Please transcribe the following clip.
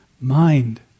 Mind